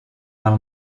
del